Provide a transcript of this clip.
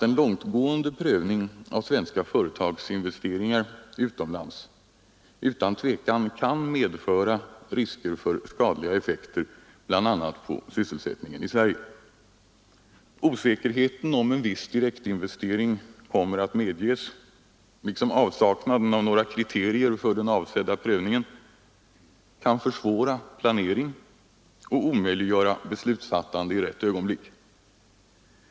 En långtgående prövning av svenska företagsinvesteringar utomlands kan utan tvivel medföra risker för skadliga effekter, bl.a. på sysselsättningen i Sverige. Osäkerheten om en viss direktinvestering kommer att medges liksom avsaknaden av några kriterier för den avsedda prövningen kan försvåra planering och omöjliggöra beslutsfattande i rätt ögonblick.